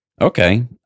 okay